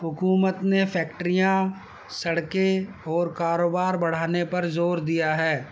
حکومت نے فیکٹریاں سڑکیں اور کاروبار بڑھانے پر زور دیا ہے